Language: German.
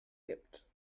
gibt